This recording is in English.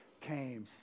came